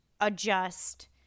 adjust